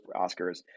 Oscars